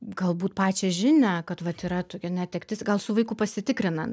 galbūt pačią žinią kad vat yra tokia netektis gal su vaiku pasitikrina